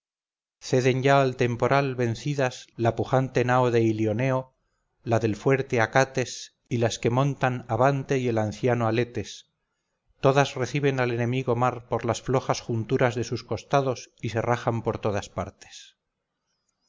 ceden ya al temporal vencidas la pujante nao de ilioneo la del fuerte acates y las que montan abante y el anciano aletes todas reciben al enemigo mar por las flojas junturas de sus costados y se rajan por todas partes